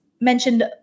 Mentioned